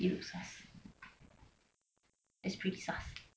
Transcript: you look sus that's pretty sus